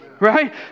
right